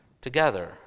together